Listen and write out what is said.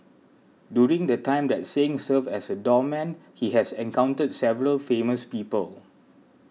during the time that Singh served as a doorman he has encountered several famous people